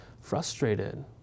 frustrated